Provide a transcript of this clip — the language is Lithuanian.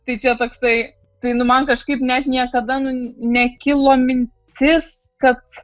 tai čia toksai tai nu man kažkaip net niekada nekilo mintis kad